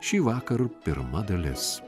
šįvakar pirma dalis